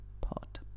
pot